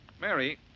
Mary